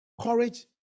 courage